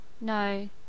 No